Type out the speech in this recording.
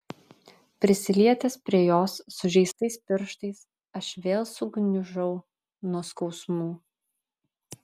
prisilietęs prie jos sužeistais pirštais aš vėl sugniužau nuo skausmų